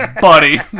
buddy